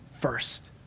first